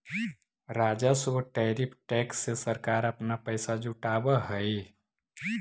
राजस्व tariff tax से सरकार अपना पैसा जुटावअ हई